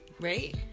right